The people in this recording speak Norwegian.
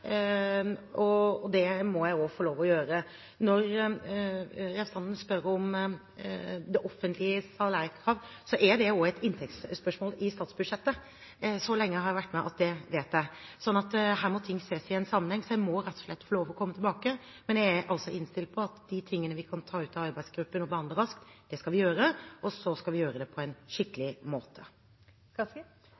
og det må jeg få lov å gjøre. Når representanten spør om det offentliges salærkrav, er det også et inntektsspørsmål i statsbudsjettet. Så lenge har jeg vært med at det vet jeg. Her må ting ses i en sammenheng. Jeg må rett og slett få lov til å komme tilbake, men jeg er innstilt på at når det gjelder de tingene vi kan ta ut av arbeidsgruppen og behandle raskt, skal vi gjøre det, og vi skal gjøre det på en